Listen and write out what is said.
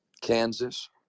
Kansas